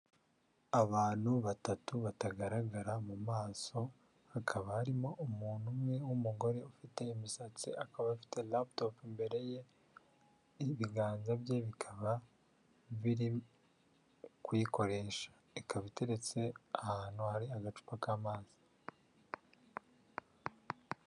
Abantu batatu batagaragara mu maso hakaba harimo umuntu umwe w'umugore ufite imisatsi, akaba afite laputopu imbere ye, ibiganza bye bikaba biri kuyikoresha, ikaba iteretse ahantu hari agacupa k'amazi.